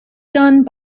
done